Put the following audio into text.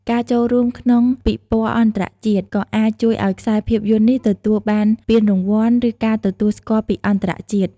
ការចូលរួមក្នុងពិព័រណ៍អន្តរជាតិក៏អាចជួយឱ្យខ្សែភាពយន្តនេះទទួលបានពានរង្វាន់ ឬការទទួលស្គាល់ពីអន្តរជាតិ។